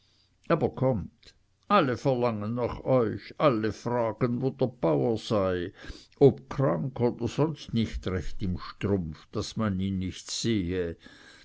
aber kommt alle verlangen nach euch alle fragen wo der bauer sei ob krank oder sonst nicht recht im strumpf daß man ihn nicht sehe